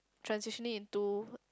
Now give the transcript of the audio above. transitionally into